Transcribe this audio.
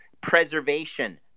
preservation